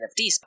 NFTs